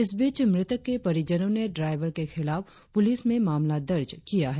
इस बीच मृतक के परिजनो ने ड्राईवर के खिलाफ पुलिस में मामला दर्ज किया है